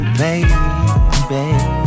baby